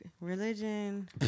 religion